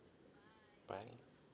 bye